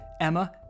Emma